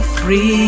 free